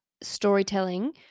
storytelling